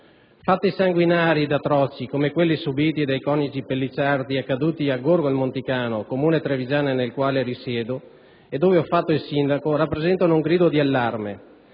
Fatti sanguinari ed atroci, come quelli subiti dai coniugi Pellicciardi, accaduti a Gorgo al Monticano, comune trevigiano nel quale risiedo e dove ho fatto il sindaco, rappresentano un grido di allarme